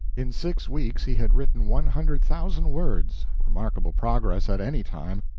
in six weeks he had written one hundred thousand words remarkable progress at any time,